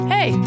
Hey